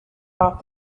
off